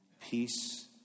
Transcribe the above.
peace